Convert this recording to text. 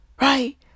Right